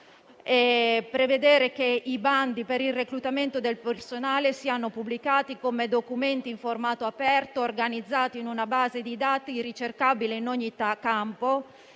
prevedendo che i bandi per il reclutamento del personale siano pubblicati come documenti in formato aperto e organizzati in una base di dati ricercabile in ogni campo,